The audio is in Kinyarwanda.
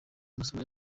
amasomo